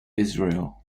israel